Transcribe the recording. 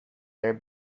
their